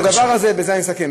בזה אני אסכם.